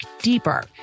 deeper